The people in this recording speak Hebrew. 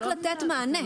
רק לתת מענה.